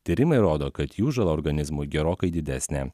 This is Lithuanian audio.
tyrimai rodo kad jų žala organizmui gerokai didesnė